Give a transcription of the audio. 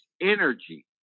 energy